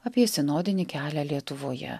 apie sinodinį kelią lietuvoje